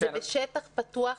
זה בשטח פתוח,